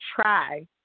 try